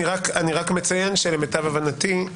אני רק מציין שלמיטב הבנתי,